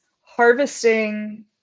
harvesting